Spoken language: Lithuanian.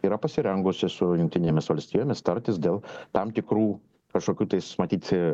yra pasirengusi su jungtinėmis valstijomis tartis dėl tam tikrų kažkokių tais matyt